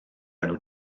enw